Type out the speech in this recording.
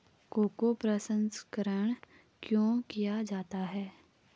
Cocoa प्रसंस्करण क्यों किया जाता है?